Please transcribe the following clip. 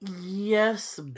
Yes